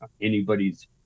anybody's